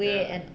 ya